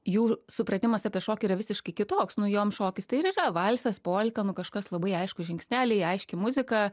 jų supratimas apie šokį yra visiškai kitoks nu jom šokis tai ir yra valsas polka nu kažkas labai aiškūs žingsneliai aiški muzika